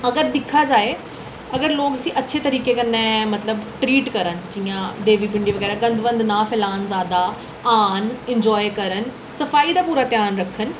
अगर दिक्खेआ जाए अगर लोक इसी अच्छे तरीके कन्नै मतलब ट्रीट करन जि'यां देवी पिंडी वगैरा गंद बंद निं फलान जैदा औन इंजाय करन सफाई दा पूरा ध्यान रक्खन